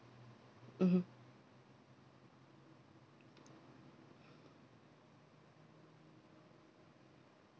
mmhmm